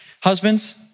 Husbands